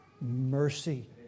mercy